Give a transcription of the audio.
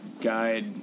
guide